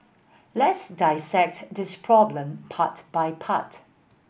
let's dissect this problem part by part